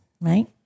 right